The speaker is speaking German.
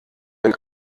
wenn